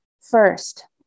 First